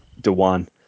Dewan